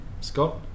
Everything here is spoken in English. Scott